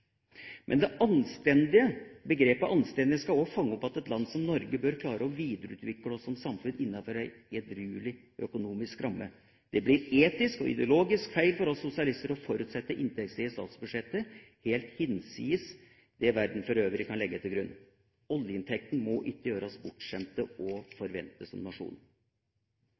Begrepet «anstendig» skal også fange opp at et land som Norge bør klare å videreutvikle seg som samfunn innenfor en edruelig økonomisk ramme. Det blir etisk og ideologisk feil for oss sosialister å forutsette ei inntektsside i statsbudsjettet helt hinsides det verden for øvrig kan legge til grunn. Oljeinntektene må ikke gjøre oss bortskjemte og forvente som nasjon.